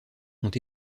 ont